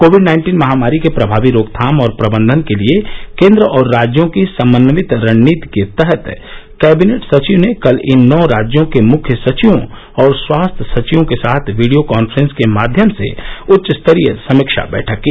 Covid nineteen महामारी के प्रभावी रोकथाम और प्रबंघन के लिए केन्द्र और राज्यों की समन्वित रणनीति के तहत कैबिनेट सचिव ने कल इन नौ राज्यों के मुख्य सचिवों और स्वास्थ्य सचिवों के साथ वीडियो कांफ्रेस के माध्यम से उच्च स्तरीय समीक्षा बैठक की